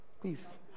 Please